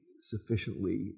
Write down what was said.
sufficiently